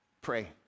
Pray